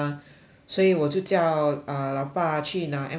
所以我就叫 uh 老爸去拿 M one 也是 orh